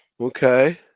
Okay